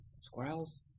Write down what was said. squirrels